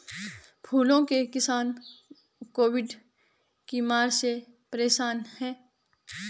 फूलों के किसान कोविड की मार से परेशान है